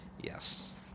Yes